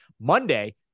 Monday